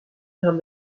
hem